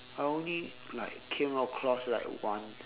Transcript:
I only like came across like one